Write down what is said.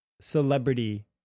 celebrity